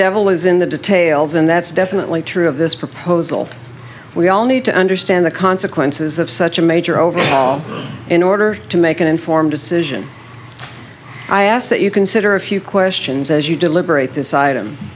devil is in the details and that's definitely true of this proposal we all need to understand the consequences of such a major overhaul in order to make an informed decision i ask that you consider a few questions as you deliberate